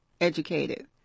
educated